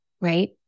right